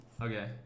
Okay